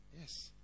Yes